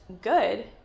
good